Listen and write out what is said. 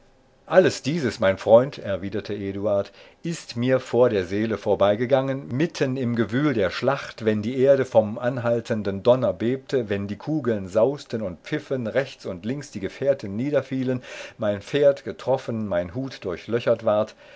alles dieses mein freund erwiderte eduard ist mir vor der seele vorbeigegangen mitten im gewühl der schlacht wenn die erde vom anhaltenden donner bebte wenn die kugeln sausten und pfiffen rechts und links die gefährten niederfielen mein pferd getroffen mein hut durchlöchert ward